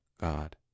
God